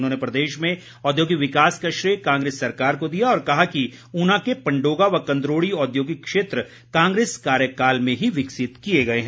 उन्होंने प्रदेश में औद्योगिक विकास का श्रेय कांग्रेस सरकार को दिया और कहा कि ऊना के पंडोगा व कंदरौड़ी औद्योगिक क्षेत्र कांग्रेस कार्यकाल में ही विकसित किए गए हैं